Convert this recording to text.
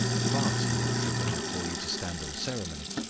far too much regard for you to stand on ceremony.